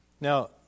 Now